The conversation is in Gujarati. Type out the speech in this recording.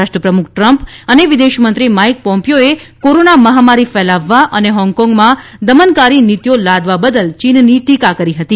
રાષ્ટ્રપ્રમુખ ટ્રમ્પ અને વિદેશમંત્રી માઇક પોમ્પીઓએ કોરોના મહામારી ફેલાવવા અને હોંગકોંગમાં દમનકારી નીતીઓ લાદવા બદલ ચીનની ટીકા કરી હતી